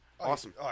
Awesome